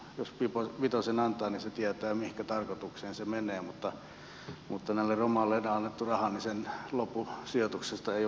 ainakin jos vitosen antaa sen tietää mihinkä tarkoitukseen se menee mutta näille romaneille annetun rahan loppusijoituksesta ei ole mitään takeita